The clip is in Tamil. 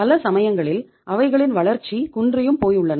பல சமயங்களில் அவைகளின் வளர்ச்சி குன்றியும் போயுள்ளன